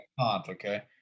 okay